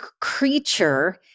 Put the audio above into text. creature